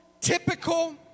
typical